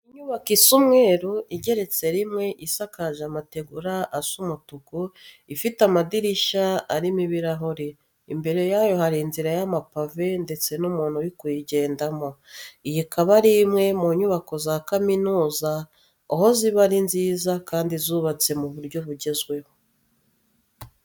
Ni inyubako isa umweru igeretse rimwe, isakaje amategura asa umutuku, ifite amadirishya arimo ibirahure. Imbere yayo hari inzira y'amapave ndetse n'umuntu uri kuyigendamo. Iyi ikaba ari imwe mu nyubako za kaminuza, aho ziba ari nziza kandi zubatse mu buryo bugezweho.